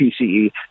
PCE